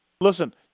Listen